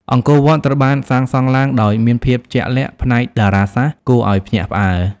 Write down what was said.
អង្គរវត្ត ត្រូវបានសាងសង់ឡើងដោយមានភាពជាក់លាក់ផ្នែកតារាសាស្ត្រគួរឲ្យភ្ញាក់ផ្អើល។